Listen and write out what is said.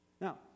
Now